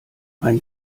ein